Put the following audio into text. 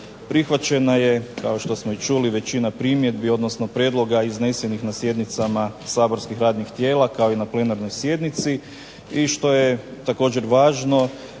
Prihvaćena je kao što smo već čuli većina primjedbi odnosno prijedloga iznesenih na sjednicama saborskih radnih tijela kao i na plenarnoj sjednici i što je također važno